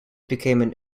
became